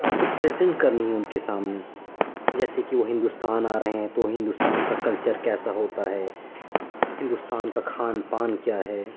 آپ کو پرزینٹ کرنی ہے ان کے سامنے جیسے کہ وہ ہندوستان آ رہے ہیں تو ہندوستان کا کلچر کیسا ہوتا ہے ہندوستان کا کھان پان کیا ہے